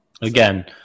Again